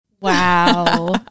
Wow